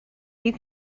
you